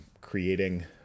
creating